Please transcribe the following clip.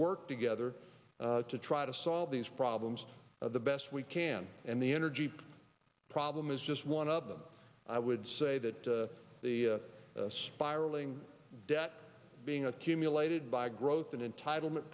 work together to try to solve these problems the best we can and the energy problem is just one of them i would say that the spiraling debt being accumulated by growth and entitlement